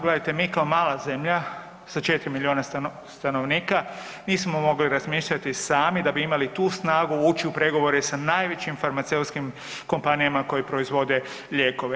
Gledajte, mi kao mala zemlja sa 4 milijuna stanovnika nismo mogli razmišljati sami da bi imali tu snagu ući u pregovore sa najvećim farmaceutskim kompanijama koje proizvode lijekove.